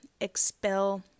expel